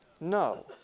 No